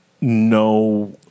no